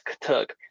took